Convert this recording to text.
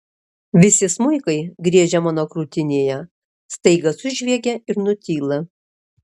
visi smuikai griežę mano krūtinėje staiga sužviegia ir nutyla